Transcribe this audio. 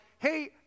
hey